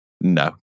No